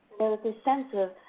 there's this sense of